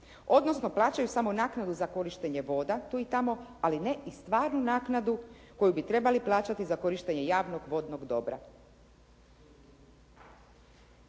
odnosno plaćaju samo naknadu za korištenje voda tu i tamo ali ne i stvarnu naknadu koju bi trebali plaćati za korištenje javnog vodnog dobra.